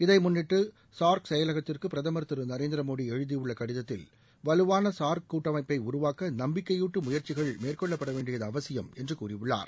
இதை முன்னிட்டு சார்க் செயலகத்திற்கு பிரதமர் திரு நரேந்திர மோடி எழுதியுள்ள கடிதத்தில் வலுவான சார்க் கூட்டமைப்பை உருவாக்க நம்பிக்கையூட்டும் முயற்சிகள் மேற்கொள்ளப்பட வேண்டியது அவசியம் என்று கூறியுள்ளார்